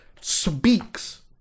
speaks